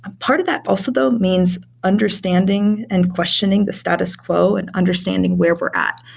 and part of that also though means understanding and questioning the status quo and understanding where we're at.